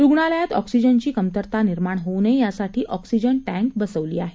रुग्णालयात ऑक्सिजनची कमतरता निर्माण होवू नये यासाठी ऑक्सिजन टॅंक बसवली आहेत